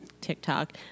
tiktok